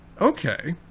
okay